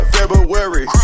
February